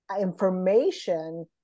information